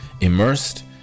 Immersed